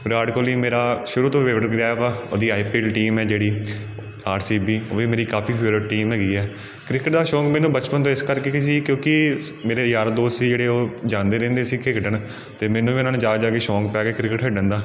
ਵਿਰਾਟ ਕੋਹਲੀ ਮੇਰਾ ਸ਼ੁਰੂ ਤੋਂ ਹੀ ਫੇਵਰੇਟ ਰਿਹਾ ਵਾ ਉਹਦੀ ਆਈ ਪੀ ਐਲ ਟੀਮ ਹੈ ਜਿਹੜੀ ਆਰ ਸੀ ਬੀ ਉਹ ਵੀ ਮੇਰੀ ਕਾਫ਼ੀ ਫੇਵਰੇਟ ਟੀਮ ਹੈਗੀ ਹੈ ਕ੍ਰਿਕਟ ਦਾ ਸ਼ੌਕ ਮੈਨੂੰ ਬਚਪਨ ਤੋਂ ਇਸ ਕਰਕੇ ਵੀ ਸੀ ਕਿਉਂਕਿ ਮੇਰੇ ਯਾਰ ਦੋਸਤ ਸੀ ਜਿਹੜੇ ਉਹ ਜਾਂਦੇ ਰਹਿੰਦੇ ਸੀ ਖੇਡਣ ਅਤੇ ਮੈਨੂੰ ਵੀ ਉਹਨਾਂ ਨਾਲ਼ ਜਾ ਜਾ ਕੇ ਸ਼ੌਕ ਪੈ ਗਿਆ ਕ੍ਰਿਕਟ ਖੇਡਣ ਦਾ